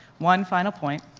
one final point.